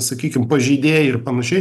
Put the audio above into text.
sakykim pažeidėjai ir panašiai